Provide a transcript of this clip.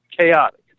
chaotic